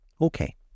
Okay